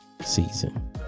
season